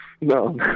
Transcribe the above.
No